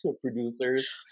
Producers